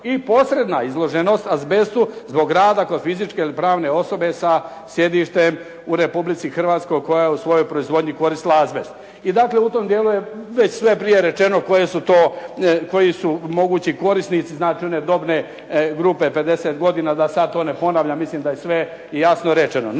I posredna izloženost azbestu zbog rada kod fizičke ili pravne osobe sa sjedištem u Republici Hrvatskoj koja je u svojoj proizvodnji koristila azbest. I dakle, u tom dijelu je već sve prije rečeno koji su mogući korisnici znači one dobne grupe 50 godina da sad to ne ponavljam, mislim da je sve jasno rečeno.